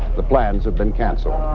the plans have been cancelled.